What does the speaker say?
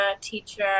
teacher